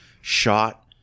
shot